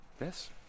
Yes